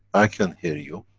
i can hear you.